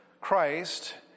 Christ